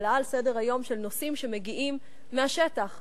בהעלאה על סדר-היום של נושאים שמגיעים מהשטח.